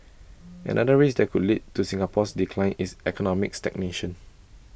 another risk that could lead to Singapore's decline is economic stagnation